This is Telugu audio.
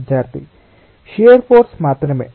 విద్యార్థి షియార్ ఫోర్స్ మాత్రమే